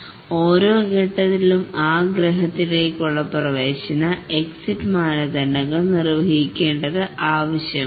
അതിനാൽ ഓരോ ഘട്ടത്തിലും ആ ഗ്രഹത്തിലേക്കുള്ള പ്രവേശന എക്സിറ്റ് മാനദണ്ഡങ്ങൾ നിർവഹിക്കേണ്ടത് ആവശ്യമാണ്